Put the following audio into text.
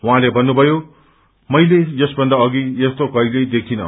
उहाँले भन्नुभयो मैले यसभन्दा अघि यस्तो कहिल्लै देखिन